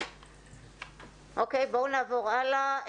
אוקיי, נעבור הלאה.